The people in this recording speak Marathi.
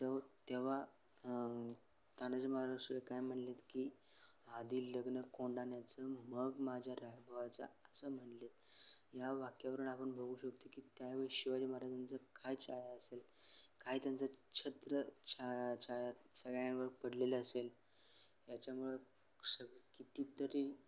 तेव्हा तेव्हा तानाजी महाराज काय म्हणलेत की आधी लग्न कोंडाण्याचं मग माझ्या रायबाचं असं म्हणलेत या वाक्यावरनं आपण बघू शकतो की त्या वेळी शिवाजी महाराजांचा काय चाय असेल काय त्यांचं छत्र छाया छाया सगळ्यांवर पडलेलं असेल याच्यामुळं सग कितीतरी